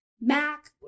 Mac